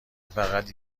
فقط